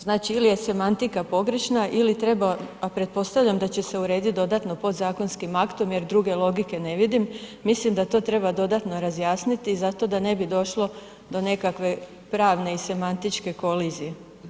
Znači ili je semantika pogrešna ili treba, a pretpostavljam da će se urediti dodatno podzakonskim aktom jer druge logike ne vidim, mislim da to treba dodatno razjasniti zato da ne bi došlo do nekakve pravne i semantičke kolizije.